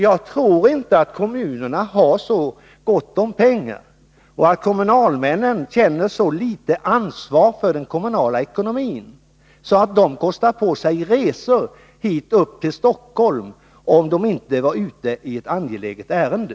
Jag tror inte att kommunerna har så gott om pengar och att kommunalmännen känner så litet ansvar för den kommunala ekonomin att de kostar på sig resor hit upp till Stockholm, om de inte är ute i ett angeläget ärende.